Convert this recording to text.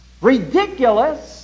Ridiculous